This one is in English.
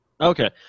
Okay